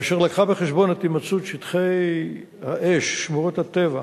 ואשר הביאה בחשבון הימצאות שטחי האש, שמורות טבע